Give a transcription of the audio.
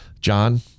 John